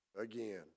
again